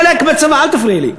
אל תפריעי לי.